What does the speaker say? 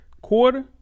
quarter